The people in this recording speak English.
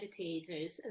Meditators